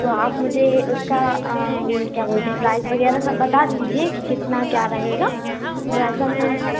तो आप मुझे उसका क्या बोलते हैं प्राइज़ वगैरह सब बता दीजिए कि कितना क्या रहेगा वैसा मैं